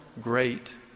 great